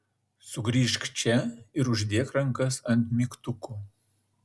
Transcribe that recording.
sugrįžk čia ir uždėk rankas ant mygtukų